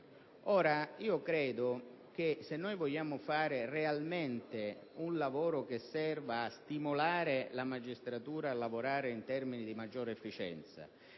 anni. Credo che, se vogliamo fare realmente un lavoro utile a stimolare la magistratura a lavorare in termini di maggiore efficienza,